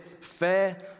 fair